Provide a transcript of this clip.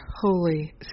Holy